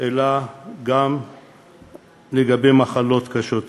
אלא גם לגבי מחלות קשות אחרות.